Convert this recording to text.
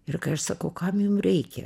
ir kai aš sakau kam jum reikia